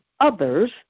Others